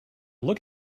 look